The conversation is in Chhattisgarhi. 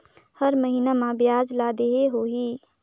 हर महीना मा ब्याज ला देहे होही?